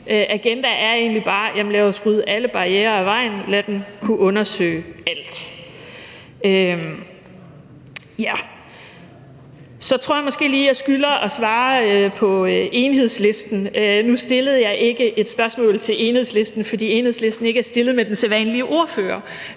agenda er egentlig bare: Lad os rydde alle barrierer af vejen, lad tilsynet kunne undersøge alt. Kl. 16:57 Så tror jeg måske lige, at jeg skylder at svare Enhedslisten. Nu stillede jeg ikke et spørgsmål til Enhedslistens ordfører, fordi Enhedslisten ikke er stillet med den sædvanlige ordfører